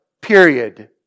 Period